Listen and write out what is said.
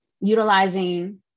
utilizing